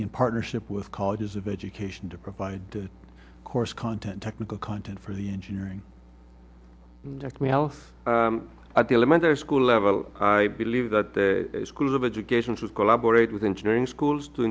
in partnership with colleges of education to provide the course content technical content for the engineering took me off at the elementary school level i believe that the school of education to collaborate with engineering schools to